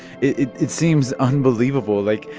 it it seems unbelievable. like,